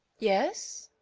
yes?